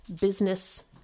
business